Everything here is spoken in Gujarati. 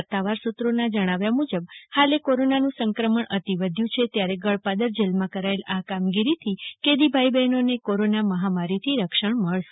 સત્તાવાર સુ ત્રોના જણાવ્યુ મુજબ હાલે કોરોનાનું સંક્રમણ અતિ વધ્યુ છે ત્યારે ગળપાદર જેલમાં કરાચેલ આ કામગીરીથી કેદી ભાઈ બહેનો કોરોના મહામારીથી રક્ષણ મળશે